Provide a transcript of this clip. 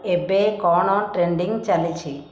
ଏବେ କ'ଣ ଟ୍ରେଣ୍ଡିଙ୍ଗ ଚାଲିଛି